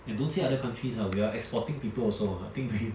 and don't say other countries lah we're exporting people also I think we